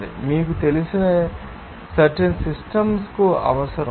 మేము మీకు తెలిసి ఉండాలి సర్టెన్ సిస్టమ్ కు అవసరం